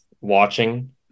watching